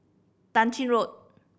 Tah Ching Road